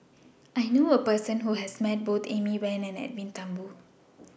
I knew A Person Who has Met Both Amy Van and Edwin Thumboo